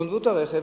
גנבו את הרכב,